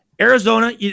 Arizona